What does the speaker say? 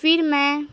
پھر میں